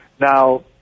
Now